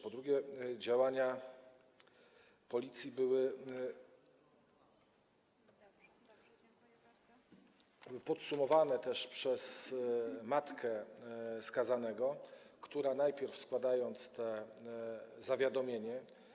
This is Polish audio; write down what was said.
Po drugie, działania Policji były podsumowane też przez matkę skazanego, która najpierw, składając to zawiadomienie.